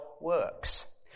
works